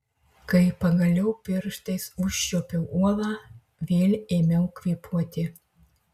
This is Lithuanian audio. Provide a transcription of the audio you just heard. kai pagaliau pirštais užčiuopiau uolą vėl ėmiau kvėpuoti